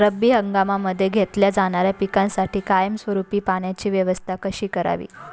रब्बी हंगामामध्ये घेतल्या जाणाऱ्या पिकांसाठी कायमस्वरूपी पाण्याची व्यवस्था कशी करावी?